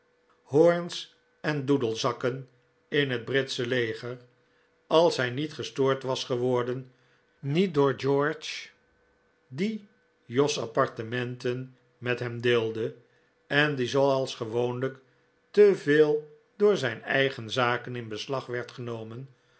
hoorns en doedelzakken in het britsche leger als hij niet gestoord was geworden niet door george die jos appartementen met hem deelde en die zooals gewoonlijk te veel door zijn eigen zaken in beslag werd genomen